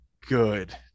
good